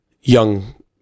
young